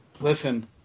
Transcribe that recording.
Listen